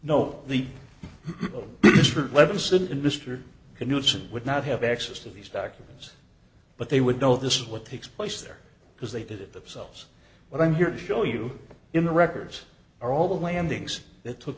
sit in mr knutson would not have access to these documents but they would know this what takes place there because they did it themselves but i'm here to show you in the records are all the landings that took